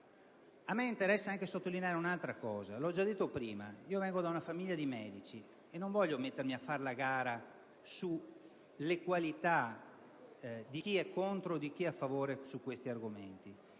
A me interessa anche sottolineare un'altra cosa. L'ho già detto prima. Vengo da una famiglia di medici e non voglio mettermi a far la gara sulle qualità di chi è contro e di chi a favore su questi argomenti.